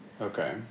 Okay